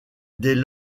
des